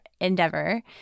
endeavor